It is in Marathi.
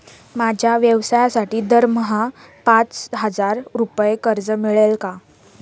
माझ्या व्यवसायासाठी दरमहा पाच हजार रुपये कर्ज मिळेल का?